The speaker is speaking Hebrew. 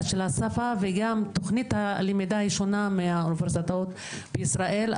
של השפה וגם תכנית הלמידה היא שונה מהאוניברסיטאות בישראל,